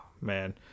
Man